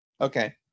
okay